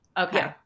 Okay